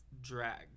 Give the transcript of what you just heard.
drag